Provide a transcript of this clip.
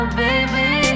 baby